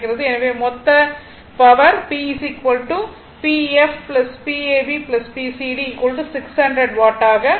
எனவே மொத்த PPef Pab Pcd 600 watt ஆக இருக்கும்